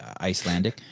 Icelandic